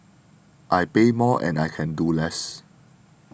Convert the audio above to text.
I pay more and I can do less